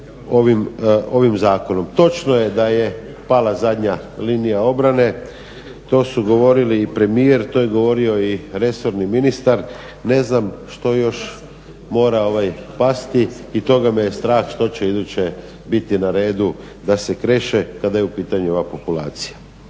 ovim zakonom. Točno je da je pala zadnja linija obrane, to su govorili i premijer, to je govorio i resorni ministar, ne znam što još mora pasti i toga me je strah što će iduće biti na redu da se kreše kada je u pitanju ova populacija.